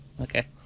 Okay